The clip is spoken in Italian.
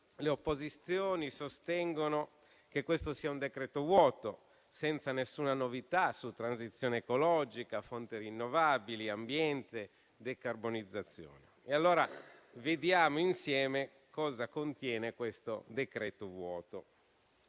le opposizioni sostengono che questo sia un decreto-legge vuoto, senza nessuna novità su transizione ecologica, fonti rinnovabili, ambiente, decarbonizzazione. Allora vediamo insieme cosa contiene questo decreto vuoto.